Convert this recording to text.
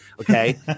Okay